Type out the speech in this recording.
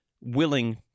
willing